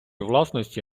власності